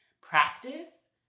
practice